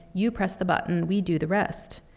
you press the button, we do the rest.